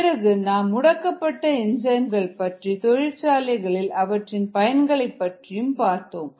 பிறகு நாம் முடக்கப்பட்ட என்சைம்கள் பற்றியும் தொழிற்சாலைகளில் அவற்றின் பயன்களைப் பற்றியும் பார்த்தோம்